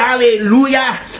hallelujah